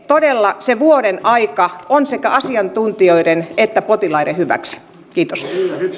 että todella se vuoden aika on sekä asiantuntijoiden suosittelema että potilaiden hyväksi kiitos